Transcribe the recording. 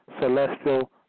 celestial